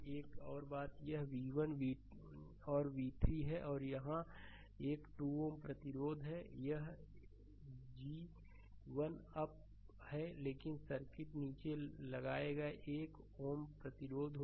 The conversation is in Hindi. एक और बात यह v1 और v3 है और यहाँ एक Ω प्रतिरोध है यह है यह जी 1 अप है लेकिन सर्किट नीचे लाएगा एक Ω प्रतिरोध होगा